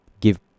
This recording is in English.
Give